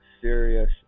serious